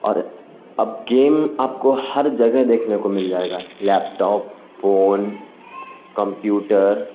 اور اب گیم آپ کو ہر جگہ دیکھنے کو مل جائے گا لیپ ٹاپ فون کمپیوٹر